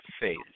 faith